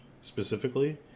specifically